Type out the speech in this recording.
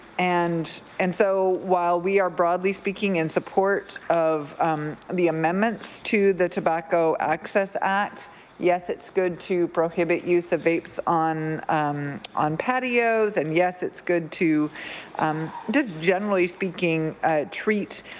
and and so while we are broadly speaking in support of the amendments to the tobacco access act yes it's good to prohibit use of vapes on on patios and yes it's good to um just generally speaking treat